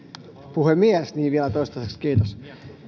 puhemies vielä toistaiseksi kiitos